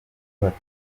batatu